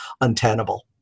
untenable